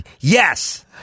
Yes